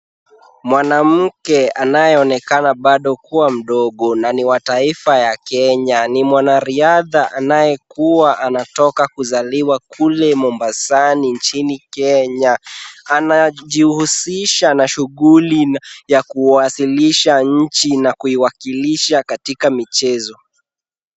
Mwanamke anayeonekana bado kuwa mdogo na ni wa taifa ya Kenya ni mwanariadha anayekua anatoka kuzaliwa kule Mombasani nchini Kenya. Anajihusisha na shughuli ya kuwasilisha nchi na kuiwakilisha katika michezo.